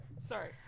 Sorry